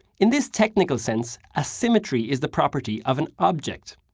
in this technical sense, a symmetry is the property of an object.